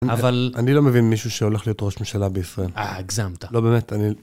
אבל... אני לא מבין מישהו שהולך להיות ראש ממשלה בישראל. אה, הגזמת. לא באמת, אני...